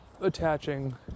attaching